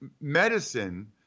medicine